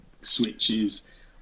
switches